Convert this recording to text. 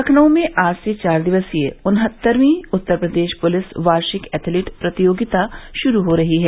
लखनऊ में आज से चार दिवसीय उन्हत्तरवीं उत्तर प्रदेश पुलिस वार्षिक एथलीट प्रतियोगिता शुरू हो रही है